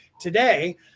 today